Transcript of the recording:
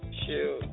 Shoot